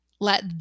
let